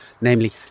namely